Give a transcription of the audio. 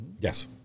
Yes